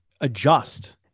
adjust